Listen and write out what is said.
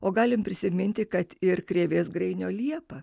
o galime prisiminti kad ir krėvės grainio liepa